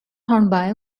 hornby